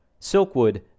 Silkwood